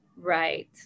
right